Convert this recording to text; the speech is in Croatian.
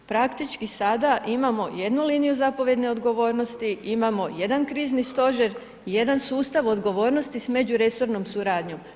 Praktički sada imamo jednu liniju zapovjedne odgovornosti, imamo jedan krizni stožer i jedan sustav odgovornosti s međuresornom suradnjom.